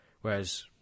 whereas